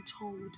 told